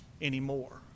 anymore